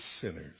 sinners